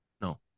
No